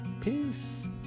Peace